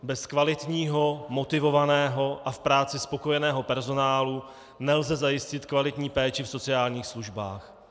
Bez kvalitního, motivovaného a v práci spokojeného personálu nelze zajistit kvalitní péči v sociálních službách.